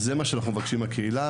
זה בעצמם מה שאנחנו מבקשים מהקהילה.